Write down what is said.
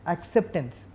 Acceptance